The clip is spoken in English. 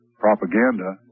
propaganda